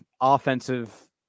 offensive